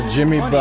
Jimmy